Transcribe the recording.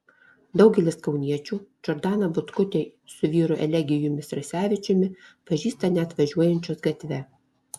daugelis kauniečių džordaną butkutę su vyru elegijumi strasevičiumi pažįsta net važiuojančius gatve